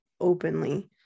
openly